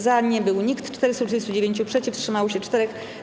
Za nie był nikt, 439 - przeciw, wstrzymało się 4.